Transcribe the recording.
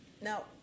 Now